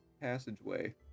passageway